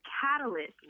catalyst